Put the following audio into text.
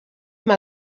mal